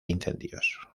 incendios